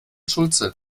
schulze